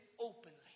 openly